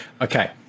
okay